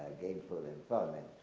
gainful employment.